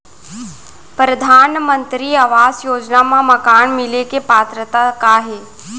परधानमंतरी आवास योजना मा मकान मिले के पात्रता का हे?